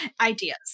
ideas